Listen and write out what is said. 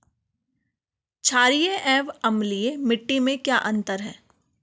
छारीय एवं अम्लीय मिट्टी में क्या अंतर है?